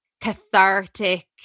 cathartic